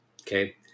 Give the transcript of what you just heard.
okay